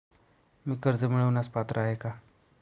मी कर्ज मिळवण्यास पात्र आहे का?